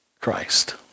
Christ